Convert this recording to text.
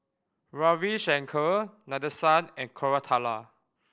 Ravi Shankar Nadesan and Koratala